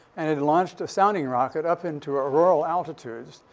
and it launched a sounding rocket up into auroral altitudes.